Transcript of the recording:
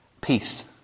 peace